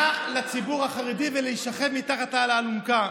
מה לציבור החרדי ולהישכב מתחת לאלונקה?